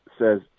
says